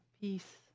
peace